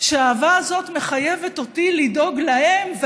שהאהבה הזו מחייבת אותי לדאוג להם.